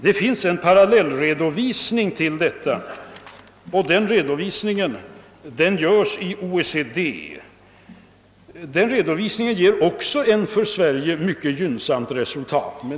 Det finns också en parallellredovisning på detta område, som görs upp av OECD, och den ger likaledes ett för Sverige mycket gynnsamt resultat.